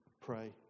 pray